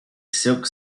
silk